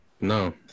No